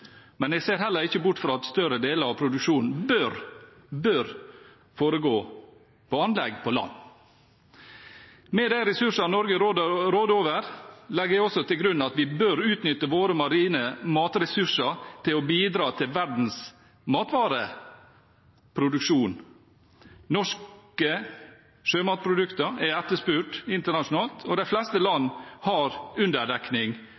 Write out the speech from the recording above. men jeg ser heller ikke bort fra at større deler av produksjonen bør foregå på anlegg på land. Med de ressursene Norge råder over, legger jeg også til grunn at vi bør utnytte våre marine matressurser til å bidra til verdens matvareproduksjon. Norske sjømatprodukter er etterspurt internasjonalt, og de fleste land har underdekning